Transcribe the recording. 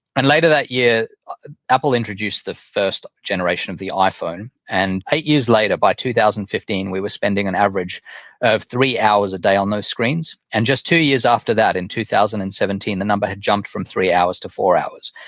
and later that year apple introduced the first generation of the iphone, and eight years later, by two thousand and fifteen, we were spending an average of three hours a day on those screens. just two years after that, in two thousand and seventeen, the number had jumped from three hours to four hours.